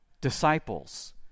disciples